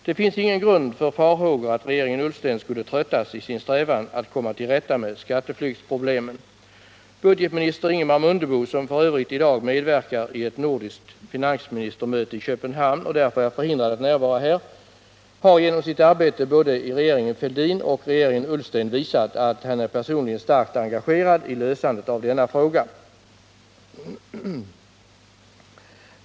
Det finns ingen grund för farhågor att regeringen Ullsten skulle tröttas i sin strävan att komma till rätta med skatteflyktsproblemen. Budgetminister Ingemar Mundebo, som f. ö. i dag medverkar i ett nordiskt finansministermöte i Köpenhamn och därför är förhindrad att närvara här, har genom sitt arbete både i regeringen Fälldin och i regeringen Ullsten visat, att han är personligen starkt engagerad i lösandet av denna fråga.